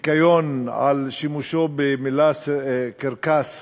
לזיכיון על שימושו במילה קרקס